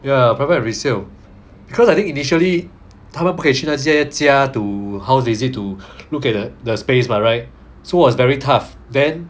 ya private resale because I think initially 他们不可以去那些家 to house visit to look at the space by right so was very tough then